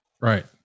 Right